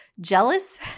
jealous